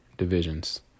divisions